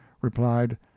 replied